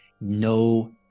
no